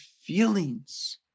feelings